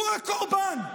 הוא הקורבן.